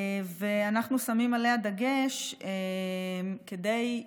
ואנחנו שמים עליה דגש כדי,